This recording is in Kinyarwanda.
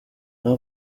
tom